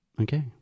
Okay